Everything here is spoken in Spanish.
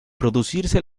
producirse